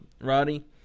Roddy